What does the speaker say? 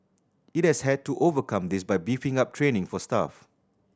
it has had to overcome this by beefing up training for staff